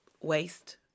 waste